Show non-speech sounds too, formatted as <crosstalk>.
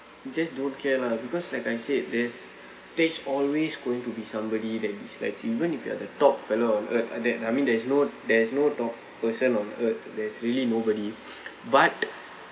just don't care lah because like I said there's there's always going to be somebody that dislike you even if you are the top fellow on earth uh that I mean there's no there's no top person on earth there's really nobody <breath> but